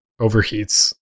overheats